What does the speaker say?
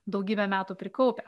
daugybę metų prikaupę